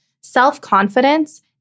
self-confidence